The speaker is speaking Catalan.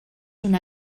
una